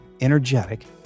energetic